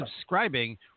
subscribing